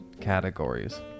categories